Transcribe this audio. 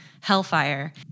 Hellfire